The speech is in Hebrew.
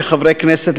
כחברי כנסת,